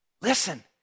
Listen